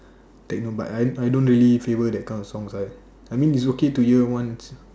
no but I I don't really favour that kind of songs right I mean it's okay to hear once